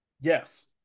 Yes